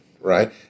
right